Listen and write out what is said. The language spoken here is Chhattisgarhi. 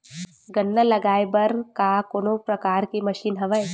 गन्ना लगाये बर का कोनो प्रकार के मशीन हवय?